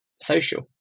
social